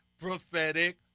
prophetic